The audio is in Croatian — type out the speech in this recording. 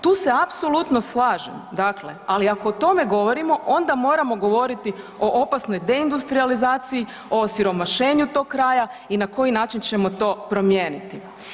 Tu se apsolutno slažem, dakle ali ako o tome govorimo onda moramo govoriti o opasnoj deindustrijalizaciji, o osiromašenju tog kraja i na koji način ćemo to promijeniti.